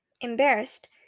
embarrassed